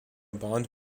bond